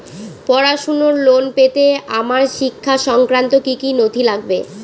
পড়াশুনোর লোন পেতে আমার শিক্ষা সংক্রান্ত কি কি নথি লাগবে?